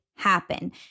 happen